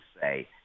say